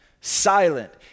silent